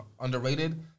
underrated